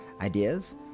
ideas